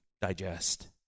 digest